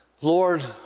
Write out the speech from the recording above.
Lord